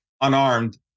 unarmed